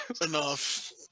enough